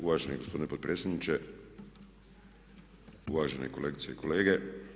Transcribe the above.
Uvaženi gospodine potpredsjedniče, uvažene kolegice i kolege.